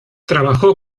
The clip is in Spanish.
trabajó